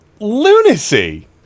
lunacy